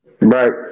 Right